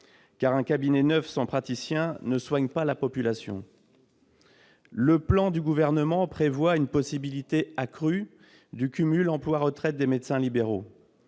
: un cabinet neuf sans praticien ne permet pas de soigner la population. Le plan du Gouvernement prévoit une possibilité accrue de cumul emploi-retraite pour les médecins libéraux.